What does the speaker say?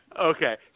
Okay